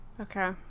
Okay